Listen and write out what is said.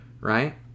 right